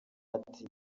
ati